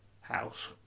house